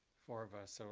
four of us, so